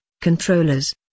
controllers